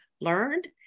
learned